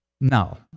No